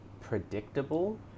predictable